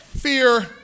fear